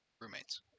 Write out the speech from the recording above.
roommates